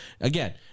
Again